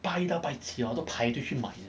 拜一到拜七都排队去买的